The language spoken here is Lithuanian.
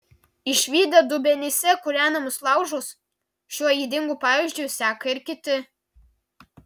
išvydę dubenyse kūrenamus laužus šiuo ydingu pavyzdžiu seka ir kiti